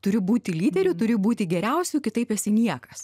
turi būti lyderiu turi būti geriausiu kitaip esi niekas